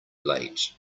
late